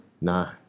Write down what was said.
Nah